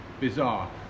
Bizarre